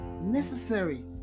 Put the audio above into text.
necessary